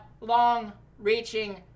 long-reaching